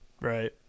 Right